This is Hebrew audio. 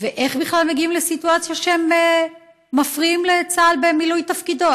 איך בכלל מגיעים לסיטואציה שהם מפריעים לצה"ל במילוי תפקידו?